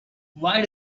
why